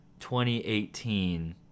2018